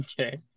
okay